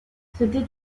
c’était